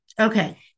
Okay